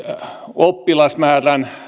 oppilasmäärän